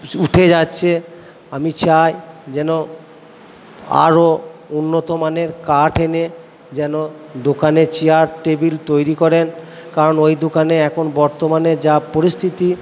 উঠে যাচ্ছে আমি চাই যেন আরো উন্নত মানের কাঠ এনে যেন দোকানে চেয়ার টেবিল তৈরি করেন কারণ ওই দোকানে এখন বর্তমানে যা পরিস্থিতি